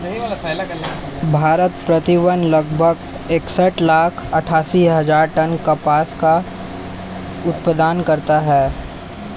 भारत, प्रति वर्ष लगभग इकसठ लाख अट्टठासी हजार टन कपास का उत्पादन करता है